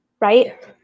Right